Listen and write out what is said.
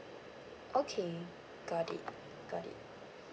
okay got it got it